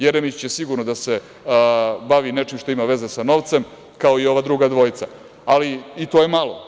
Jeremić će sigurno da se bavi nečim što ima veze sa novcem, kao i ova druga dvojica, ali i to je malo.